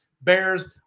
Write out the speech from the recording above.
Bears